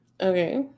Okay